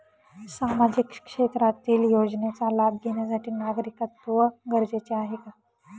सामाजिक क्षेत्रातील योजनेचा लाभ घेण्यासाठी नागरिकत्व गरजेचे आहे का?